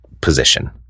position